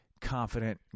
confident